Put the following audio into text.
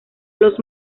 los